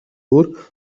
өөр